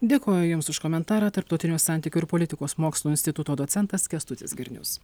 dėkoju jums už komentarą tarptautinių santykių ir politikos mokslų instituto docentas kęstutis girnius